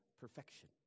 perfection